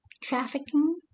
trafficking